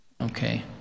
Okay